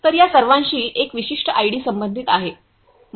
तर या सर्वांशी एक विशिष्ट आयडी संबंधित आहे